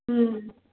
ம்